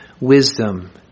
wisdom